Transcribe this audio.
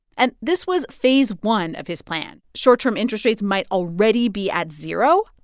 and this was phase one of his plan. short-term interest rates might already be at zero,